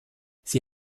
sie